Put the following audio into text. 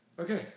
Okay